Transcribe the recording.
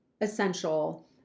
essential